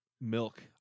milk